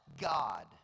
God